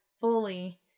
fully